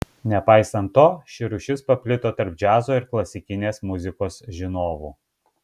nepaisant to ši rūšis paplito tarp džiazo ir klasikinės muzikos žinovų